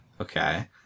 Okay